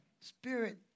spirit